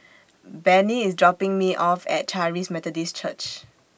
Benny IS dropping Me off At Charis Methodist Church